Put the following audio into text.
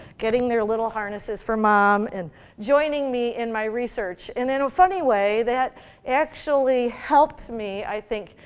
getting their little harnesses from mom and joining me in my research. and in a funny way, that actually helped me, i think,